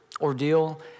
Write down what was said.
ordeal